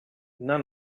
none